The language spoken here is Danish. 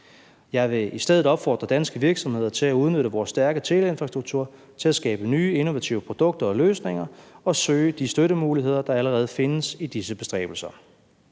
Jeg vil i stedet opfordre danske virksomheder til at udnytte vores stærke teleinfrastruktur til at skabe nye innovative produkter og løsninger og søge de støttemuligheder, der allerede findes, i disse bestræbelser.